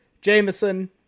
Jameson